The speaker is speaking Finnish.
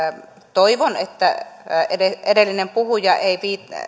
toivon että edellinen puhuja ei